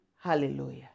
hallelujah